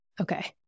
Okay